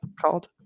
called